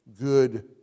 Good